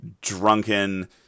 drunken